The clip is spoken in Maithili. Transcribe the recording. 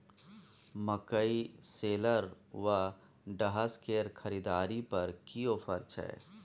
मकई शेलर व डहसकेर की खरीद पर की ऑफर छै?